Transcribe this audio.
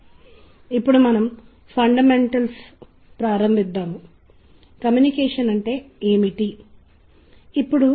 ధ్వని యొక్క అవగాహన కూడా రెండు ఇతర భాగాలను కలిగి ఉంటుంది ప్రత్యేకత మరియు తాత్కాలికత